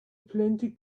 plenty